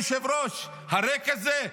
הריק הזה?